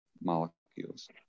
molecules